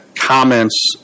Comments